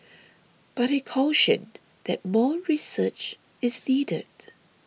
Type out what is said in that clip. but he cautioned that more research is needed